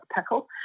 pickle